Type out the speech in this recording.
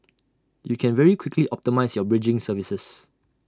you can very quickly optimise your bridging services